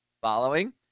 Following